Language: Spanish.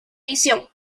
visión